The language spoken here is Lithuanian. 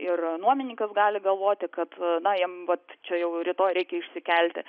ir nuomininkas gali galvoti kad na jam vat čia jau rytoj reikia išsikelti